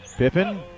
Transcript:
Pippen